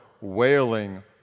wailing